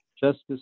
Justice